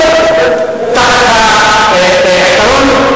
אה, זה הכול?